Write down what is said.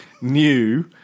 new